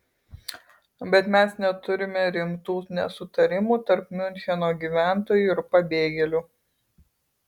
bet mes neturime rimtų nesutarimų tarp miuncheno gyventojų ir pabėgėlių